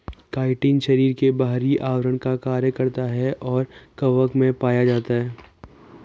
chitin शरीर के बाहरी आवरण का कार्य करता है और कवक में पाया जाता है